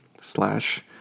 slash